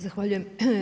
Zahvaljujem.